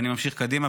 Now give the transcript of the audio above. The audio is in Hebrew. ואני ממשיך קדימה,